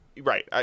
Right